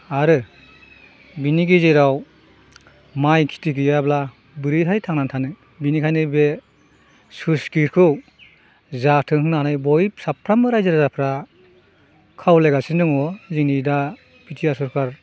आरो बिनि गेजेराव माइ खेथि गैयाब्ला बोरैहाय थांनानै थानो बिनिखायनो बे स्लुइस गेटखौ जाथों होननानै बयबो साफ्रोमबो रायजो राजाफ्रा खावलायगासिनो दङ जोंनि दा बि टि आर सरखार